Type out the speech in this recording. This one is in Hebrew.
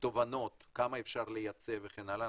תובנות כמה אפשר לייצא וכן הלאה.